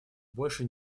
больше